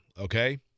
okay